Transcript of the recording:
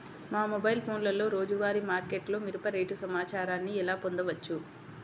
మా మొబైల్ ఫోన్లలో రోజువారీ మార్కెట్లో మిరప రేటు సమాచారాన్ని ఎలా పొందవచ్చు?